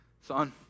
Son